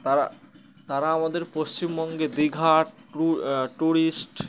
তারা তারা আমাদের পশ্চিমবঙ্গে দীঘা ট ট্যুরিস্ট